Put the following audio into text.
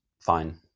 fine